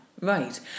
Right